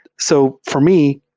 so for me,